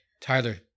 Tyler